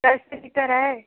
कैसे लीटर है